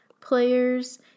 players